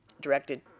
directed